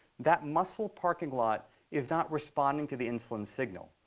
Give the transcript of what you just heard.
that muscle parking lot is not responding to the insulin signal.